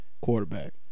quarterback